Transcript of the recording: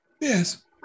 Yes